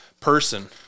person